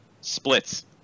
splits